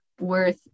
worth